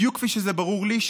בדיוק כפי שזה ברור לי,